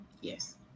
yes